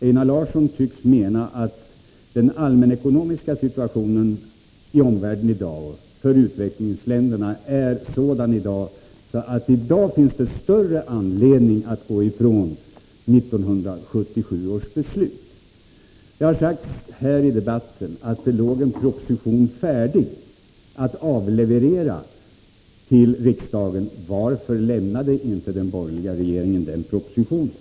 Einar Larsson tycks mena att den allmänekonomiska situationen i världen och för utvecklingsländerna är sådan att det i dag finns större anledning att gå ifrån 1977 års beslut. Det har sagts i denna debatt att en proposition låg färdig att avlevereras till riksdagen. Varför lade inte den borgerliga regeringen fram den propositionen?